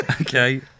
Okay